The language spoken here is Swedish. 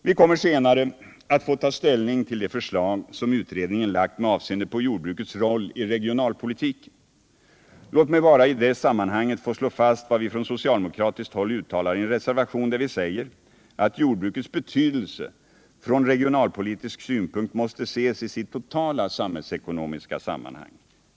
Vi kommer senare att få ta ställning till de förslag som utredningen lagt med avseende på jordbrukets roll i regionalpolitiken. Låt mig bara i det sammanhanget få slå fast vad vi från socialdemokratiskt håll uttalar i en reservation, där vi säger att jordbrukets betydelse från regionalpolitisk synpunkt måste ses i sitt totala samhällsekonomiska sammanhang.